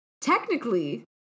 technically